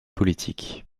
politique